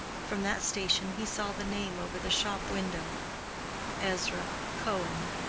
from that station he saw the name over the shop window ezra cohen.